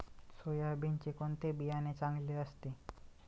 सोयाबीनचे कोणते बियाणे चांगले असते?